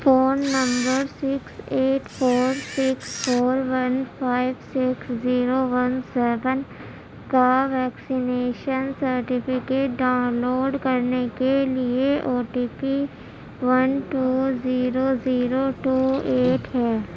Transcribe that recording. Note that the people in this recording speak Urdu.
phone number six eight four six four one five six zero one seven کا ویکسینیشن سرٹیفکیٹ ڈاؤن لوڈ کرنے کے لیے O T P one two zero zero two eight ہے